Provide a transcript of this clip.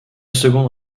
seconde